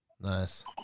Nice